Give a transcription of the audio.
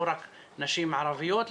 לא רק נשים ערביות,